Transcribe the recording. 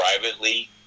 privately